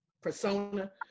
persona